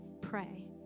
pray